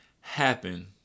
happen